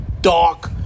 dark